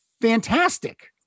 fantastic